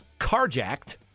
carjacked